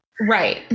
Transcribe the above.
Right